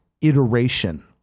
iteration